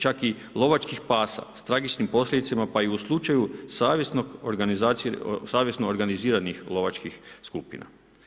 Čak i lovačka pasa s tragačkim posljedicama, pa i u slučaju savjesnog organiziranih lovačkih skupina.